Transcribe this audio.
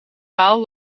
waal